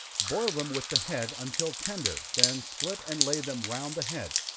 boil them with the head, until tender, then split and lay them round the head,